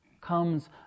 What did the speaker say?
comes